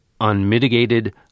unmitigated